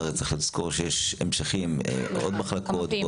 הרי צריך לזכור שיש המשכים, עוד מחלקות.